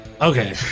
Okay